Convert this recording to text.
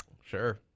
Sure